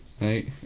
Right